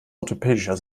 orthopädischer